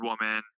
Woman